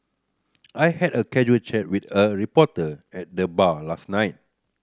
I had a casual chat with a reporter at the bar last night